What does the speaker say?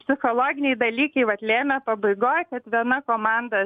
psichologiniai dalykai vat lėmė pabaigoj kad viena komanda